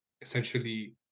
essentially